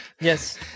Yes